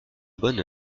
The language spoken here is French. bonne